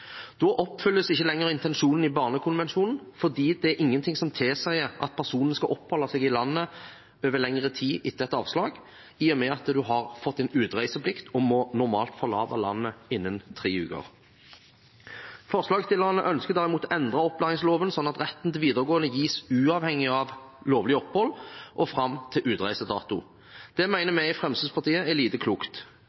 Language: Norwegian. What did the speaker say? Da oppfylles ikke lenger intensjonen i barnekonvensjonen, fordi det er ingenting som tilsier at personen skal oppholde seg i landet over lengre tid etter et avslag, i og med at man har fått en utreiseplikt og normalt må forlate landet innen tre uker. Forslagsstillerne ønsker derimot å endre opplæringsloven sånn at retten til videregående gis uavhengig av lovlig opphold og fram til utreisedato. Det